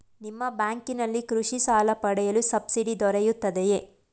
ನಿಮ್ಮ ಬ್ಯಾಂಕಿನಲ್ಲಿ ಕೃಷಿ ಸಾಲ ಪಡೆಯಲು ಸಬ್ಸಿಡಿ ದೊರೆಯುತ್ತದೆಯೇ?